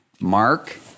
mark